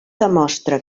demostra